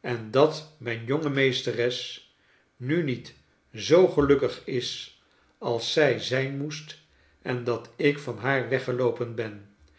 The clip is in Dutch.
en dat mijn jonge meesteres nu niet zoo gelukkig is als zij zijn moest en dat ik van haar weggeloopen ben